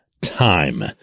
time